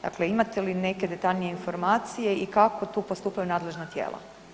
Dakle, imate li neke detaljnije informacije i kako tu postupaju nadležna tijela?